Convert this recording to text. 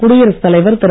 குடியரசு தலைவர் திரு